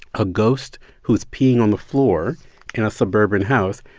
a ghost who's peeing on the floor in a suburban house,